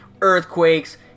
earthquakes